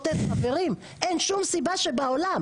מה נעשה עכשיו?